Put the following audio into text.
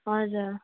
हजुर